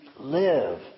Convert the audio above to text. live